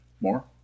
More